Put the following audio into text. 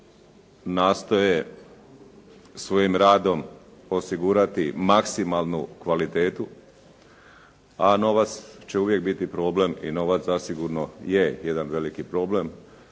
nastoje svojim radom osigurati maksimalnu kvalitetu, a novac će uvijek biti problem i novac zasigurno je jedan veliki problem.